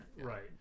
Right